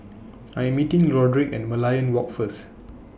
I Am meeting Roderic At Merlion Walk First